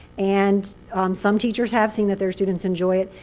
and some teachers have seen that their students enjoy it,